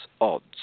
odds